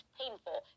painful